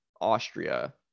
Austria